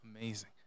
Amazing